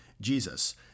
Jesus